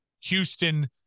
Houston